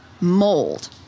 mold